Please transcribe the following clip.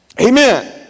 Amen